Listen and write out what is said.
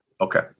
Okay